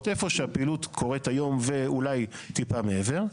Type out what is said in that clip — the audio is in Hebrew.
איפה שהפעילות קורית היום ואולי טיפה מעבר.